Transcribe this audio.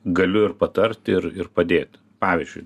galiu ir patarti ir ir padėti pavyzdžiui